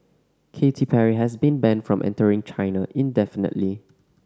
Katy Perry has been banned from entering China indefinitely